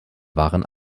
waren